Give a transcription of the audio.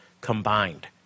combined